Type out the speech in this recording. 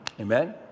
Amen